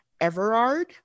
Everard